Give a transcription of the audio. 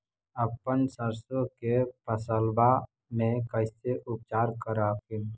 अपन सरसो के फसल्बा मे कैसे उपचार कर हखिन?